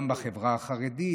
גם בחברה החרדית,